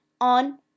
on